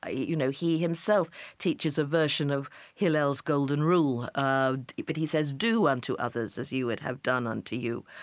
ah you know, he himself teaches a version of hillel's golden rule, ah but he says, do unto others as you would have done unto you.